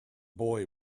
boy